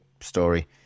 story